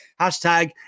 Hashtag